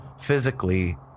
physically